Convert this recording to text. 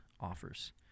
offers